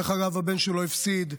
דרך אגב, הבן שלו הפסיד,